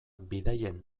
bidaien